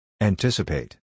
Anticipate